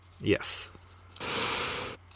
Yes